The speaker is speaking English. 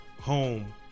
home